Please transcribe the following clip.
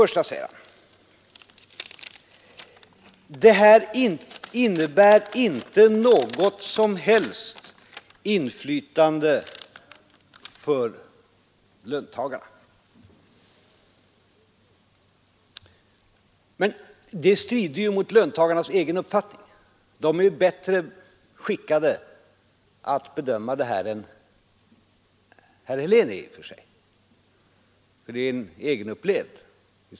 Herr Helén säger att förslaget inte innebär något som helst inflytande för löntagarna. Men det strider ju mot löntagarnas egen uppfattning, och de är i och för sig bättre skickade att bedöma detta än herr Helén är, eftersom det av dem är självupplevt.